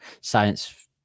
science